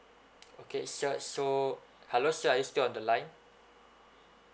okay sir so hello sir are you still on the line